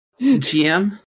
gm